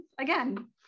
again